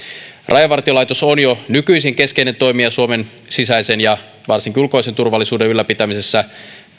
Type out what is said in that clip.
rajavartiolaitos on jo nykyisin keskeinen toimija suomen sisäisen ja varsinkin ulkoisen turvallisuuden ylläpitämisessä